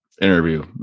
interview